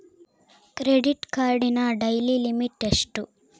Credit ಕಾರ್ಡಿನ daily limit ಎಷ್ಟು?